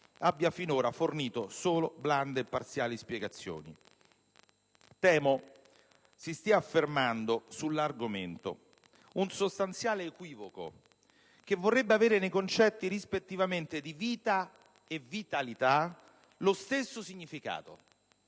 abbia finora fornito solo blande e parziali spiegazioni? Temo si stia affermando sull'argomento un sostanziale equivoco che vorrebbe avere nei concetti, rispettivamente, di vita e di vitalità lo stesso significato